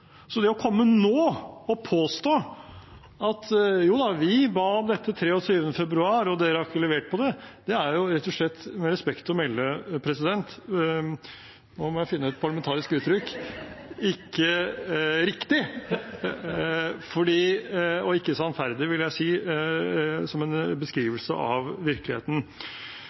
Så det å komme nå og påstå at man ba om dette 23. februar, og at vi ikke leverte på det, er rett og slett og med respekt å melde – nå må jeg finne et parlamentarisk uttrykk – ikke riktig og ikke sannferdig, vil jeg si, som en beskrivelse av virkeligheten.